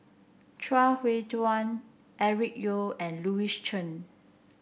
Chuang Hui Tsuan Eric Teo and Louis Chen